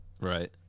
Right